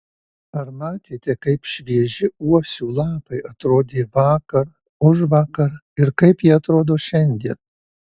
ar matėte kaip švieži uosių lapai atrodė vakar užvakar ir kaip jie atrodo šiandien